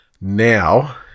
now